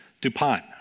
DuPont